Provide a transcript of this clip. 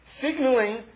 signaling